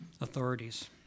authorities